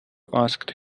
asked